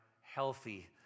healthy